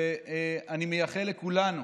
ואני מאחל לכולנו